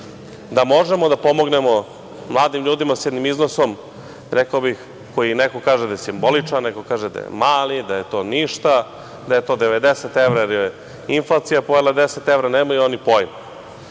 da možemo da pomognemo mladim ljudima sa jednim iznosom za koji, rekao bih, neko kaže da je simboličan, neko kaže da je mali, da je to ništa, da je to 90 evra jer je inflacija pojela 10 evra, nemaju oni pojma,